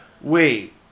wait